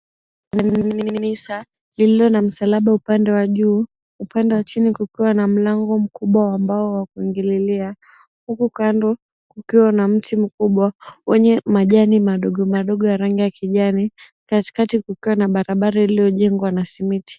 Ni kanisa lililo na msalaba upande wa juu, upande wa chini kukiwa na mlango mkubwa ambao wako ingililia. Huku kando kukiwa na mti mkubwa wenye majani madogo madogo ya rangi ya kijani, katikati kukiwa na barabara iliyojengwa na simiti.